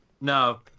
No